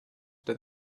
that